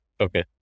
Okay